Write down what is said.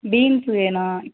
beans வேணும்